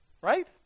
right